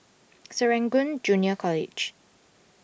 Serangoon Junior College